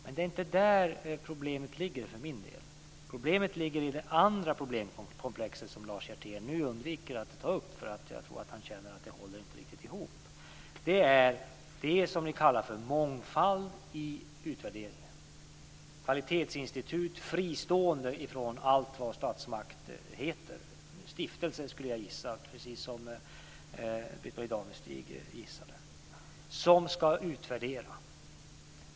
Men det är inte där som problemet ligger för min del, utan det ligger i det andra problemkomplexet som Lars Hjertén nu undviker att ta upp, eftersom jag tror att han känner att det inte riktigt hänger ihop. Det gäller det som ni kallar för mångfald i utvärderingen. När det gäller ett kvalitetsinstitutet, fristående från allt vad statsmakt heter, skulle jag gissa - precis som Britt-Marie Danestig gissade - på en stiftelse som ska utvärdera.